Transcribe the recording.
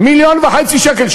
מיליון וחצי שקל.